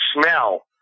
smell